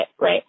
right